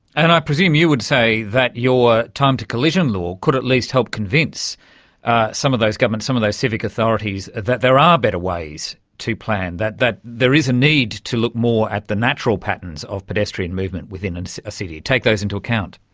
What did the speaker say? and i presume you would say that your time-to-collision law could at least help convince some of those governments, some of those civic authorities that there are better ways to plan, that that there is a need to look more at the natural patterns of pedestrian movement within and a city, take those into account.